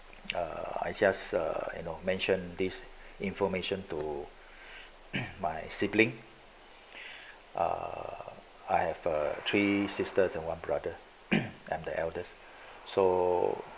uh I just uh you know mention this information to my sibling err I have uh three sisters and one brother and the eldest so